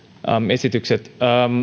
esitykset